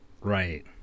Right